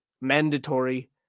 mandatory